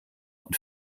und